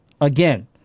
Again